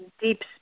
deep